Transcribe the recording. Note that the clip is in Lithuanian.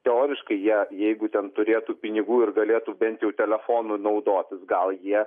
teoriškai jie jeigu tem turėtų pinigų ir galėtų bent jau telefonu naudotis gal jie